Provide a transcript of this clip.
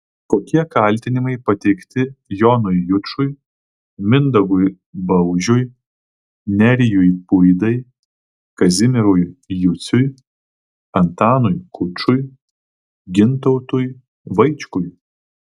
kokie kaltinimai pateikti jonui jučui mindaugui baužiui nerijui puidai kazimierui juciui antanui kučui gintautui vaičkui